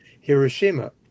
Hiroshima